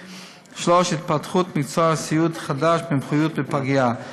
3. התפתחות מקצוע סיעוד חדש מומחיות בפגייה.